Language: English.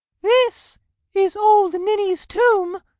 this is old ninny's tomb.